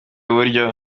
buryo